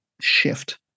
shift